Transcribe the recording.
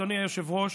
אדוני היושב-ראש,